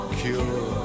cure